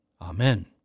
Amen